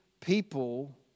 people